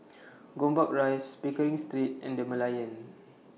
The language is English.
Gombak Rise Pickering Street and The Merlion